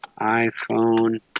iPhone